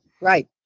right